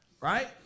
Right